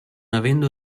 avendo